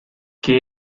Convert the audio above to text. que